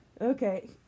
Okay